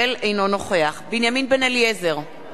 אינו נוכח בנימין בן-אליעזר,